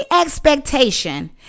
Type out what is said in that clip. expectation